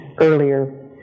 earlier